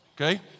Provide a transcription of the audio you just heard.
okay